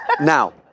now